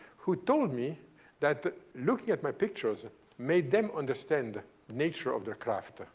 who told me that looking at my pictures made them understand nature of their craft. ah